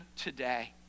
today